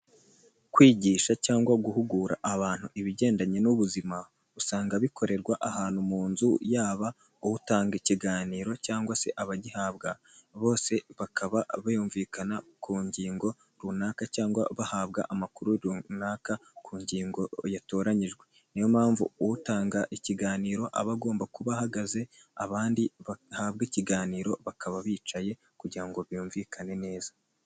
Kwigisha cyangwa guhugura abantu ibigendanye n'ubuzima usanga bikorerwa ahantu mu nzu yaba utanga ikiganiro cyangwa se abagihabwa bose bakaba bayumvikana ku ngingo runaka cyangwa bahabwa amakuru runaka ku ngingo yatoranyijwe, niyo mpamvu utanga ikiganiro aba agomba kuba ahagaze abandi bahabwa ikiganiro bakaba bicaye kugira ngo bumvikane neza.